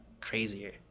crazier